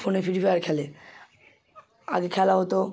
ফোনে Free Fire খেলে আগে খেলা হতো